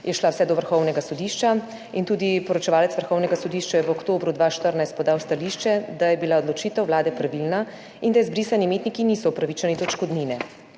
je vse do vrhovnega sodišča in tudi poročevalec vrhovnega sodišča je v oktobru 2014 podal stališče, da je bila odločitev vlade pravilna in da izbrisani imetniki niso upravičeni do odškodnine.